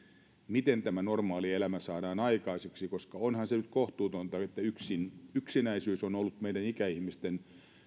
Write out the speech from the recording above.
miten tämä normaali elämä saadaan aikaiseksi koska onhan se nyt kohtuutonta että kun yksinäisyys on on ollut meidän ikäihmistemme